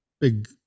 big